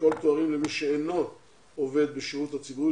לשקול תארים למי שאינו עובד בשירות הציבורי